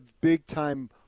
big-time